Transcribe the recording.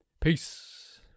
Peace